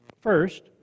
First